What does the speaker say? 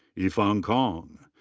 yifan kong.